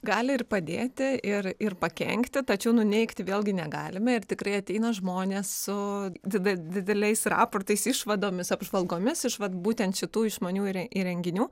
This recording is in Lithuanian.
gali ir padėti ir ir pakenkti tačiau nuneigti vėlgi negalime ir tikrai ateina žmonės su dideliais raportais išvadomis apžvalgomis iš vat būtent šitų išmaniųjų įrenginių